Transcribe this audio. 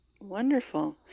Wonderful